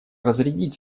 разрядить